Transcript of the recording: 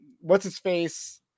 what's-his-face